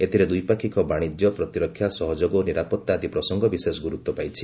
ଏଥିରେ ଦ୍ୱିପାକ୍ଷିକ ବାଣିଜ୍ୟ ପ୍ରତିରକ୍ଷା ସହଯୋଗ ଓ ନିରାପତ୍ତା ଆଦି ପ୍ରସଙ୍ଗ ବିଶେଷ ଗୁରୁତ୍ୱ ପାଇଛି